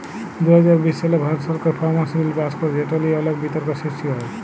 দু হাজার বিশ সালে ভারত সরকার ফার্মার্স বিল পাস্ ক্যরে যেট লিয়ে অলেক বিতর্ক সৃষ্টি হ্যয়